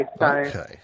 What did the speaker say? Okay